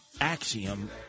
axiom